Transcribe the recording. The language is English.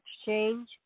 exchange